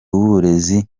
w’uburezi